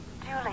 Julie